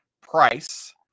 price